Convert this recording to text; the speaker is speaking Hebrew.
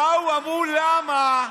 באו, אמרו: למה?